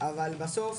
אבל בסוף